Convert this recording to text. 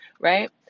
right